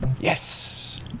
yes